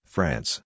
France